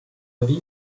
années